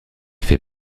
fait